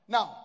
Now